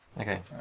Okay